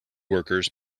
workers